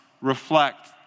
reflect